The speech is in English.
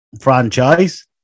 franchise